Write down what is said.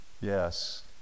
Yes